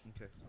Okay